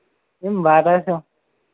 ma'am बारह सौ